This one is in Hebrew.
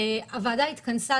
הוועדה התכנסה,